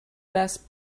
best